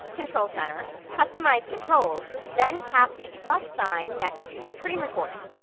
control center, customize controls, then tap the sign next to screen recording.